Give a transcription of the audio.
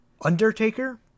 undertaker